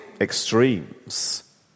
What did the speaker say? extremes